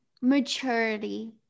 Maturity